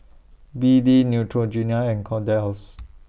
B D Neutrogena and Kordel's House